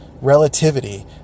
relativity